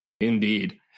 Indeed